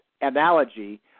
analogy